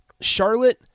Charlotte